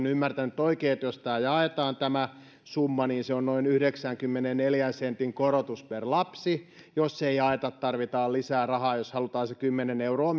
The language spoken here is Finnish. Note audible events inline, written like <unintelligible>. <unintelligible> ymmärtänyt oikein niin jos tämä summa jaetaan niin se on noin yhdeksänkymmenenneljän sentin korotus per lapsi ja jos ei jaeta tarvitaan lisää rahaa jos halutaan se kymmenen euroa <unintelligible>